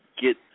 get –